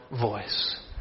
voice